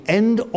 end